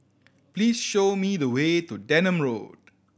please show me the way to Denham Road